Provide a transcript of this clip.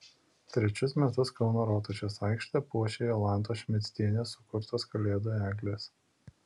trečius metus kauno rotušės aikštę puošia jolantos šmidtienės sukurtos kalėdų eglės